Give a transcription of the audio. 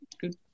Good